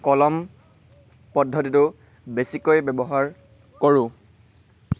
কলম পদ্ধতিটো বেছিকৈ ব্যৱহাৰ কৰোঁ